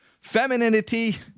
Femininity